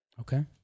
Okay